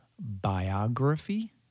biography